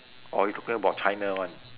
or you talking about china one